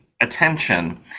attention